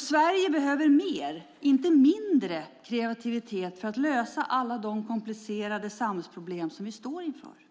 Sverige behöver mer, inte mindre, kreativitet för att lösa alla de komplicerade samhällsproblem som vi står inför.